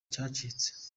cyacitse